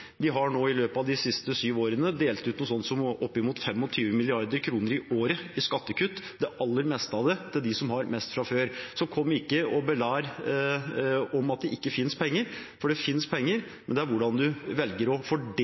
nå i løpet av de siste syv årene delt ut noe sånt som oppimot 25 mrd. kr i året i skattekutt, det aller meste av det til dem som har mest fra før. Så kom ikke og belær om at det ikke fins penger, for det fins penger, men det er hvordan man velger å fordele